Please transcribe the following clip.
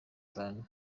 itanu